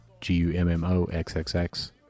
G-U-M-M-O-X-X-X